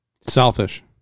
selfish